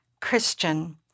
Christian